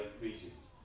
regions